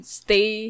stay